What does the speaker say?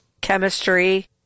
chemistry